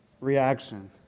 reaction